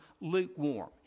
lukewarm